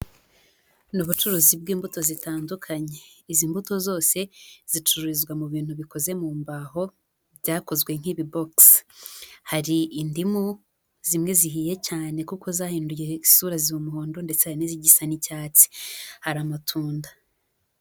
Ni ubucuruzi bw'imbuto zitandukanye, izi mbuto zose zicururizwa mu bintu bikoze mu mbaho byakozwe nk'ibibogisi, hari indimu zimwe zihiye cyane kuko zahinduye isura ziba umuhondo ndetse n'izigisa n'icyatsi hari amatunda.